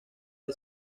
que